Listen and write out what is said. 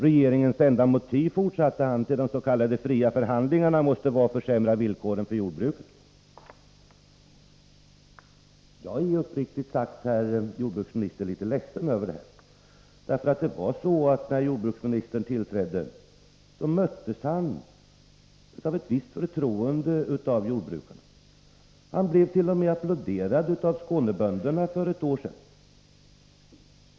Regeringens enda motiv till de s.k. fria förhandlingarna, fortsatte han, måste vara att försämra villkoren för jordbruket. Jag är uppriktigt sagt, herr jordbruksminister, litet ledsen över det här. Det var nämligen så att när jordbruksministern tillträdde sin post möttes han av ett visst förtroende från bönderna. Han blev t.o.m. applåderad av Skånebönderna för ett år sedan.